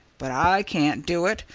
but i can't do it,